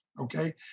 okay